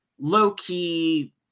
low-key